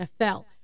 nfl